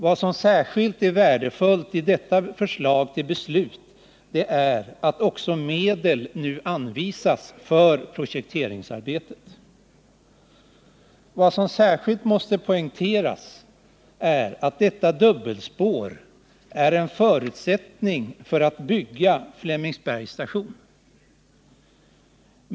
Vad som särskilt är värdefullt i detta förslag till beslut är att man nu också anvisar medel till projekteringsarbetet. Vad som speciellt måste poängteras är att detta dubbelspår är en förutsättning för att bygga Flemingsbergs station.